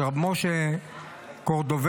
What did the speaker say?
של הרב משה קורדובירו,